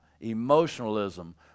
emotionalism